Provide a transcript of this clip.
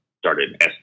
started